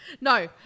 No